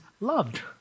loved